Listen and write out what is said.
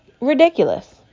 ridiculous